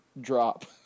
drop